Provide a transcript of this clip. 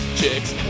chicks